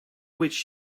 which